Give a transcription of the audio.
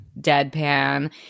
deadpan